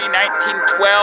1912